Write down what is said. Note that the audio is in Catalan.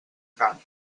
cant